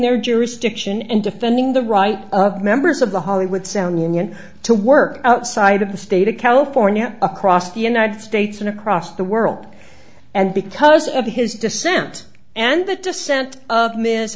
their jurisdiction and defending the right of members of the hollywood sound union to work outside of the state of california across the united states and across the world and because of his dissent and the dissent of mi